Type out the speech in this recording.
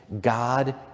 God